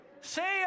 Say